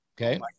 Okay